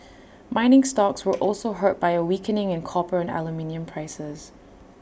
mining stocks were also hurt by A weakening in copper and aluminium prices